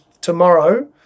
tomorrow